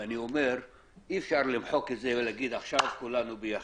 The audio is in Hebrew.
אני אומר שאי אפשר למחוק את זה ולהגיד עכשיו כולם ביחד.